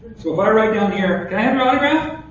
so if i write down here, can i have your autograph?